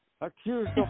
accused